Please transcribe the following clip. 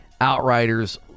Outriders